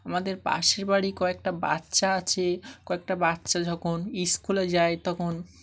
আমাদের পাশের বাড়ি কয়েকটা বাচ্চা আছে কয়েকটা বাচ্চা যখন স্কুলে যায় তখন